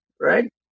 right